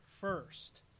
first